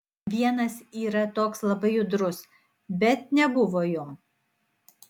vienas yra toks labai judrus bet nebuvo jo